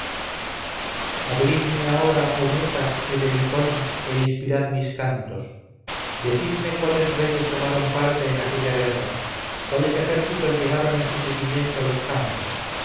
abridme ahora oh musas el helicón e inspirad mis cantos decidme cuáles reyes tomaron parte en aquella guerra cuáles ejércitos llevaron en su seguimiento los campos